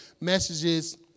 messages